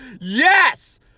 Yes